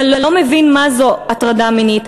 אתה לא מבין מה זו הטרדה מינית,